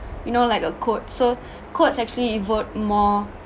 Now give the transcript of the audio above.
you know like a quote so quotes actually evoke more